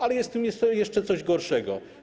Ale jest w tym jeszcze coś gorszego.